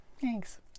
thanks